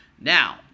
Now